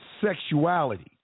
sexuality